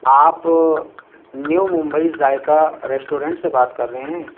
آپ New Mumbai Zaika restaurant سے بات کر رہے ہیں